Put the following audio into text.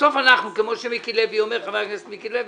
בסוף אנחנו באמצע, כמו שאומר חבר הכנסת מיקי לוי.